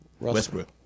Westbrook